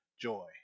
joy